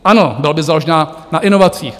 Ano, byla by založen na inovacích.